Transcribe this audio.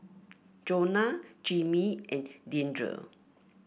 Jonah Jimmy and Deandre